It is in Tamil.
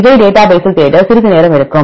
அதை டேட்டாபேஸில் தேட சிறிது நேரம் எடுக்கும்